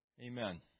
Amen